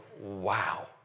wow